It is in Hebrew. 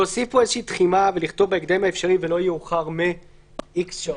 להוסיף פה איזושהי תחימה ולכתוב "בהקדם האפשרי ולא יאוחר מאיקס שעות".